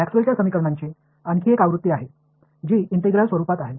मॅक्सवेलच्या समीकरणांची आणखी एक आवृत्ती आहे जी इंटिग्रल स्वरूपात आहे